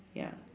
ya